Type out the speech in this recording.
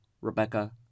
Rebecca